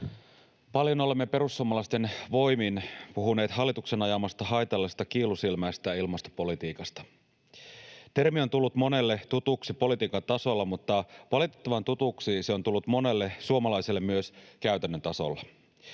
Paljon olemme perussuomalaisten voimin puhuneet hallituksen ajamasta haitallisesta kiilusilmäisestä ilmastopolitiikasta. Termi on tullut monelle tutuksi politiikan tasolla, mutta valitettavan tutuksi se on tullut monelle suomalaiselle myös käytännön tasolla.